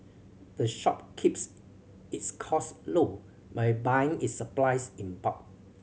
the shop keeps its costs low by buying its supplies in bulk